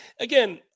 again